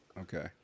Okay